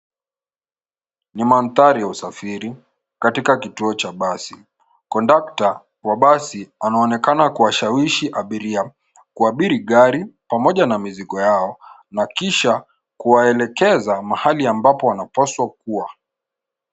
Ni mandhari ya usafiri katika kituo cha basi. Kondakta wa basi anaonekana kuwashawishi abiria kuabiri gari pamoja na mizigo yao na kisha kuwaelekeza mahali ambapo wanapaswa kuwa.